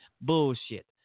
Bullshit